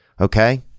okay